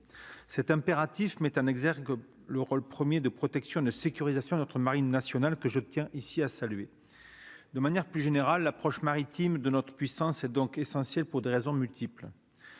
cet impératif mettent en exergue le rôle 1er de protection de sécurisation notre Marine nationale que je tiens ici à saluer de manière plus générale approches maritimes de notre puissance et donc essentiel pour des raisons multiples,